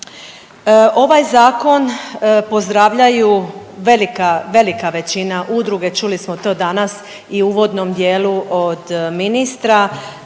Ovaj zakon pozdravljaju velika, velika većina udruge čuli smo to danas i u uvodnom dijelu od ministra,